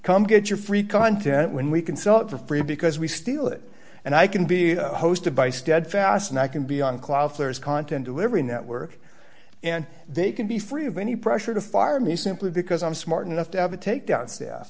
come get your free content when we can sell it for free because we steal it and i can be hosted by steadfast and i can be on cloud floors content delivery network and they can be free of any pressure to fire me simply because i'm smart enough to have a takedown staff